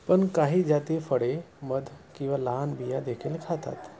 पण काही जाती फळे मध किंवा लहान बिया देखील खातात